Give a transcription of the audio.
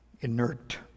Inert